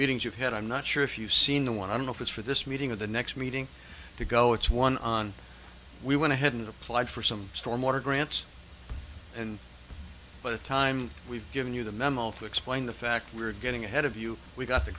meetings you've had i'm not sure if you've seen the one i don't know if it's for this meeting of the next meeting to go it's one on we went ahead and applied for some stormwater grants and by the time we've given you the memo to explain the fact we're getting ahead of you we got the